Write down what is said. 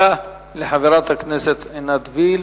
תודה לחברת הכנסת עינת וילף.